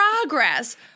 progress